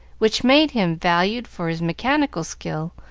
which made him valued for his mechanical skill,